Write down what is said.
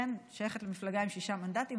אני שייכת למפלגה עם שישה מנדטים,